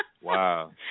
Wow